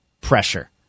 pressure